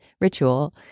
ritual